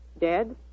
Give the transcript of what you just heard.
dead